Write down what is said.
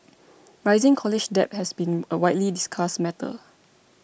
rising college debt has been a widely discussed matter